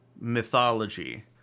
mythology